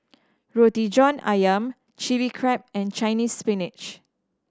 Roti John Ayam Chili Crab and Chinese Spinach